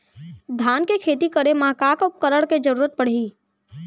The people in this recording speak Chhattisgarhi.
धान के खेती करे मा का का उपकरण के जरूरत पड़हि?